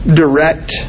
direct